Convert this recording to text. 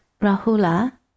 Rahula